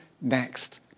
next